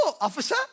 officer